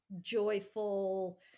joyful